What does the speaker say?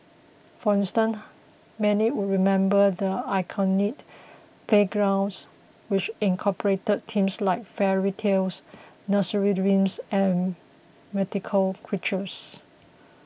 for instance many would remember the iconic playgrounds which incorporated themes like fairy tales nursery rhymes and mythical creatures